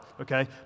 okay